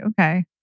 okay